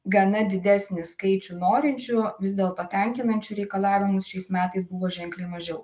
gana didesnį skaičių norinčių vis dėlto tenkinančių reikalavimus šiais metais buvo ženkliai mažiau